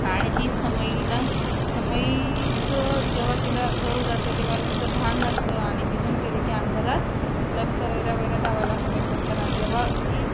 आणि ती समईला समईचं जेव्हा तिला घर उजाडते तेव्हा तिचं भान नसतं आणि विजून गेले की आंधरात तिला सैऱ्या वैऱ्या दवायला कमी पडतात आन जेव्हा जी